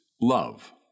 love